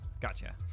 gotcha